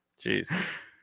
Jeez